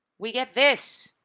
we get this,